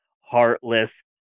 heartless